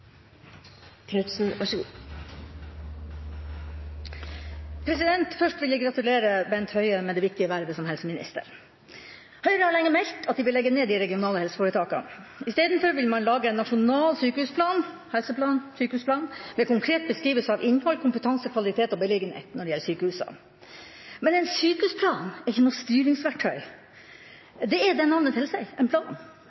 Først vil jeg gratulere Bent Høie med det viktige vervet som helseminister. Høyre har lenge meldt at de vil legge ned de regionale helseforetakene. Isteden vil man lage en nasjonal helse- og sykehusplan med konkret beskrivelse av innhold, kompetanse, kvalitet og beliggenhet når det gjelder sykehusene. Men en sykehusplan er ikke noe